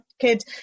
kid